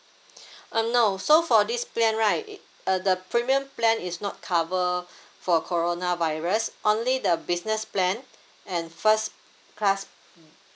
uh no so for this plan right it uh the premium plan is not cover for corona virus only the business plan and first class